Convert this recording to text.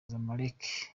zamalek